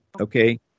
okay